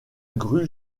grue